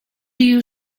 you